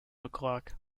o’clock